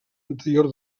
anterior